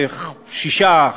שישה,